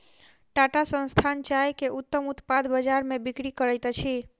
टाटा संस्थान चाय के उत्तम उत्पाद बजार में बिक्री करैत अछि